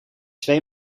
twee